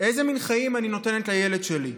איזה מין חיים אני נותנת לילד שלי?